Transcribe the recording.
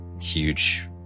huge